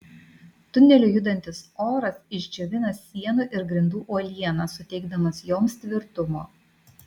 tuneliu judantis oras išdžiovina sienų ir grindų uolieną suteikdamas joms tvirtumo